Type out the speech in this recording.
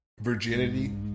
virginity